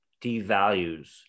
devalues